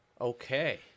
Okay